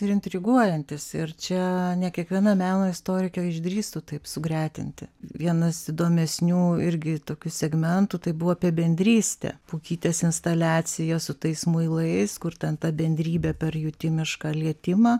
ir intriguojantis ir čia ne kiekviena meno istorikė išdrįstų taip sugretinti vienas įdomesnių irgi tokių segmentų tai buvo apie bendrystę pukytės instaliacija su tais muilais kur ten ta bendrybė per jutimišką lietimą